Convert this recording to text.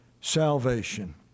salvation